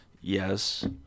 yes